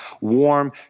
warm